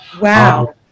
Wow